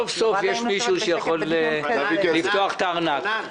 סוף-סוף יש מישהו שיכול לפתוח את הארנק.